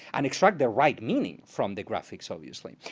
and extract the right meaning from the graphics obviously.